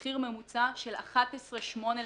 מחיר ממוצע של 11.8 שקל לעגבנייה.